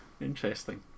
interesting